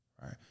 Right